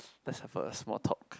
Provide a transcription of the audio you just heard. let's have a small talk